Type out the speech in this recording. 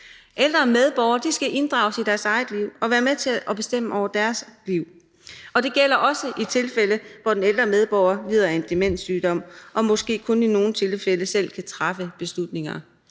Ældre medborgere skal inddrages i deres eget liv og være med til at bestemme over deres liv. Og det gælder også i tilfælde, hvor den ældre medborger lider af en demenssygdom og måske kun i nogle tilfælde selv kan træffe beslutninger.